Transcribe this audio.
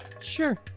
Sure